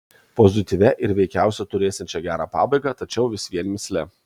pozityvia ir veikiausia turėsiančia gerą pabaigą tačiau vis vien mįsle